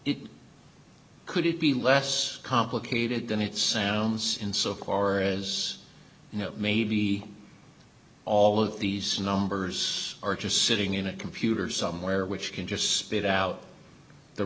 it could it be less complicated than it sounds in so far as you know maybe all of these numbers are just sitting in a computer somewhere which can just spit out the